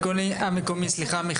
השלטון המקומי מיכל מנקס.